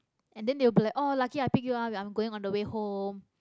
and then they will be like oh lucky I picked you up I am going on the way home